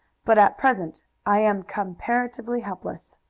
but at present i am comparatively helpless.